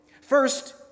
First